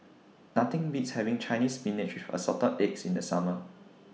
Nothing Beats having Chinese Spinach with Assorted Eggs in The Summer